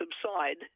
subside